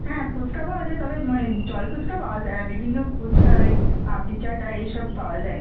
হ্যাঁ ফুচকা পাওয়া যায় তবে মানে জল ফুচকা পাওয়া যায় না বিভিন্ন ফুচকার ওই পাপড়ি চাট আর এই সব পাওয়া যায়